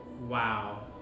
Wow